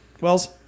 Wells